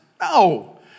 No